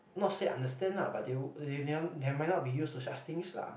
not say understand lah but they they they might not be used to such things lah